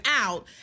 out